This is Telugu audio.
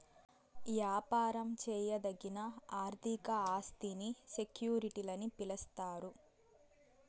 యాపారం చేయదగిన ఆర్థిక ఆస్తిని సెక్యూరిటీలని పిలిస్తారు